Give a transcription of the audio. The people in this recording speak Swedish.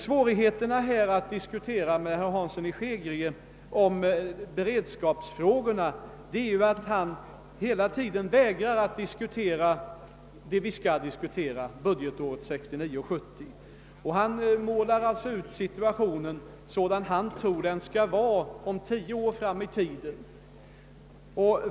Svårigheterna att diskutera med herr Hansson i Skegrie om beredskapsfrågorna beror på att han hela tiden vägrar att diskutera det saken gäller, nämligen budgetåret 1969/70. Han målar i stället ut den situation som han tror att vi kommer att ha tio år fram i tiden.